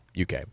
UK